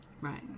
Right